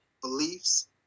beliefs